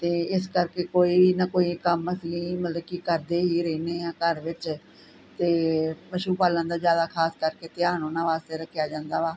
ਅਤੇ ਇਸ ਕਰਕੇ ਕੋਈ ਨਾ ਕੋਈ ਕੰਮ ਅਸੀਂ ਮਤਲਬ ਕਿ ਕਰਦੇ ਹੀ ਰਹਿੰਦੇ ਹਾਂ ਘਰ ਵਿੱਚ ਅਤੇ ਪਸ਼ੂ ਪਾਲਣ ਦਾ ਜ਼ਿਆਦਾ ਖਾਸ ਕਰਕੇ ਧਿਆਨ ਉਨ੍ਹਾਂ ਵਾਸਤੇ ਰੱਖਿਆ ਜਾਂਦਾ ਵਾ